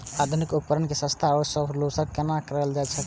आधुनिक उपकण के सस्ता आर सर्वसुलभ केना कैयल जाए सकेछ?